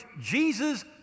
Jesus